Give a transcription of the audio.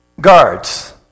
guards